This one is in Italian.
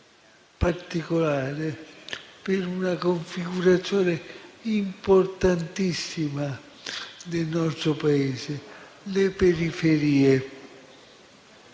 particolare per una configurazione importantissima del nostro Paese: le periferie.